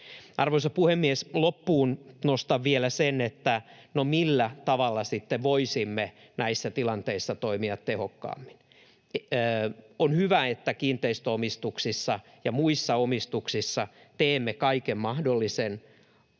Arvoisa puhemies! Loppuun nostan vielä sen, että, no, millä tavalla sitten voisimme näissä tilanteissa toimia tehokkaammin. On hyvä, että kiinteistöomistuksissa ja muissa omistuksissa teemme kaiken mahdollisen,